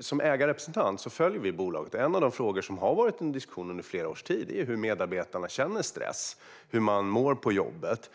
Som ägarrepresentant följer vi bolaget, och en av de frågor som har varit uppe till diskussion i flera års tid är hur medarbetarna känner stress och hur de mår på jobbet.